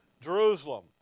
Jerusalem